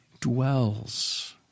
dwells